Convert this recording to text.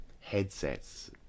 headsets